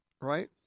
Right